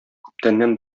күптәннән